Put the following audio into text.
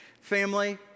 Family